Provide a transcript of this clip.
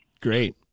great